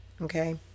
Okay